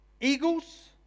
eagles